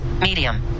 medium